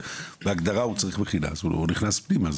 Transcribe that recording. ובהגדרה הוא צריך מכינה אז הוא נכנס פנימה.